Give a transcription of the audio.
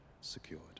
secured